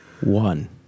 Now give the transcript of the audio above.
One